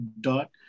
dot